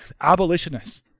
abolitionists